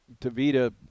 Tavita